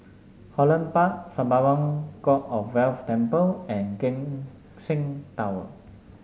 Holland Park Sembawang God of Wealth Temple and Keck Seng Tower